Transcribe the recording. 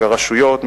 הרשויות,